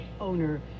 owner